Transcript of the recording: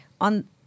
on